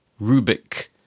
Rubik